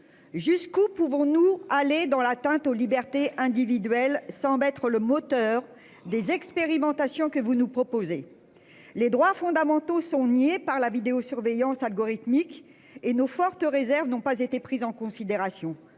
jusqu'où pouvons-nous aller dans l'atteinte aux libertés individuelles sans mettre le moteur des expérimentations que vous nous proposez. Les droits fondamentaux sont niées par la vidéosurveillance algorithmique et nos fortes réserves n'ont pas été prises en considération.